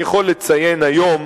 אני יכול לציין היום